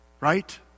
Right